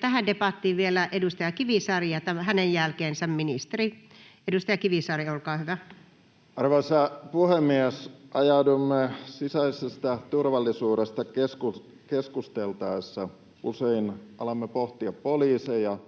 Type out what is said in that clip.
Tähän debattiin vielä edustaja Kivisaari ja hänen jälkeensä ministeri. Edustaja Kivisaari, olkaa hyvä. Arvoisa puhemies! Sisäisestä turvallisuudesta keskusteltaessa usein ajaudumme pohtimaan poliiseja,